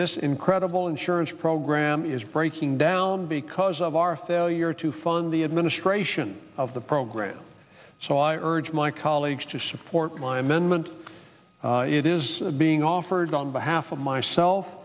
this incredible insurance program is breaking down because of our failure to fund the administration of the program so i urge my colleagues to support my amendment it is being offered on behalf of myself